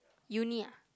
uni ah